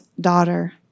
daughter